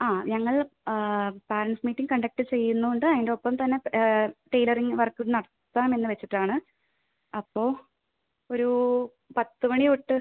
ആ ഞങ്ങൾ parents meeting conduct ചെയ്യുന്നതുകൊണ്ട് അതിൻറെ ഒപ്പം തന്നെ ടൈലറിംഗ് വർക്ക് നടത്താമെന്ന് വെച്ചിട്ടാണ് അപ്പോൾ ഒരു പത്ത് മണി തൊട്ട്